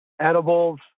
edibles